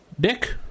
Dick